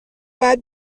باید